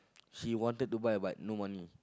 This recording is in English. she wanted to buy but no money